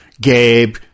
Gabe